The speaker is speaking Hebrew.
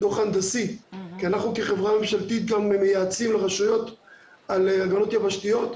כי אנחנו כחברה ממשלתית וגם מייעצים לרשויות על הגנות יבשתיות,